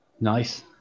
Nice